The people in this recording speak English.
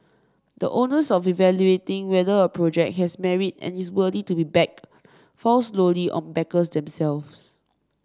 the onus of evaluating whether a project has merit and is worthy to be backed fall solely on backers themselves